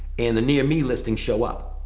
and the near me listings show up.